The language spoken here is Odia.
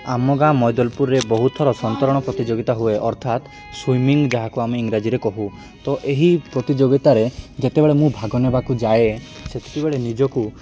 ଆମ ଗାଁ ମଦଲପୁରରେ ବହୁତ ଥର ସନ୍ତରଣ ପ୍ରତିଯୋଗିତା ହୁଏ ଅର୍ଥାତ ସୁଇମିଂ ଯାହାକୁ ଆମେ ଇଂରାଜୀରେ କହୁ ତ ଏହି ପ୍ରତିଯୋଗିତାରେ ଯେତେବେଳେ ମୁଁ ଭାଗ ନେବାକୁ ଯାଏ ସେତେବେଳେ ନିଜକୁ